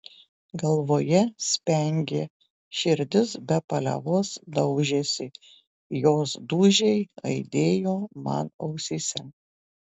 galvoje spengė širdis be paliovos daužėsi jos dūžiai aidėjo man ausyse